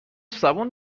زبون